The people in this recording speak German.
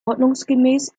ordnungsgemäß